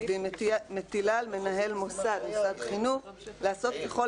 והיא מטילה על מנהל מוסד חינוך לעשות ככל